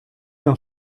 d’un